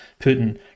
Putin